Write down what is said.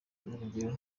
urugero